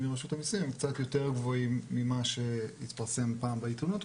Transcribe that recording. מרשות המיסים הם קצת יותר גבוהים ממה שהתפרסם פעם בעתונות,